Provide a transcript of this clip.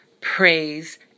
Praise